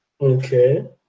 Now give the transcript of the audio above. Okay